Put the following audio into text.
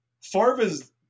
Farva's